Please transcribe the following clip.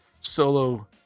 solo